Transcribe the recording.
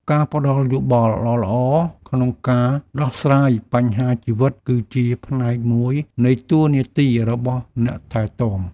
ការផ្តល់យោបល់ល្អៗក្នុងការដោះស្រាយបញ្ហាជីវិត គឺជាផ្នែកមួយនៃតួនាទីរបស់អ្នកថែទាំ។